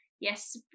yes